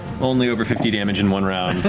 only over fifty damage in one round, aw!